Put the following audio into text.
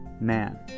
man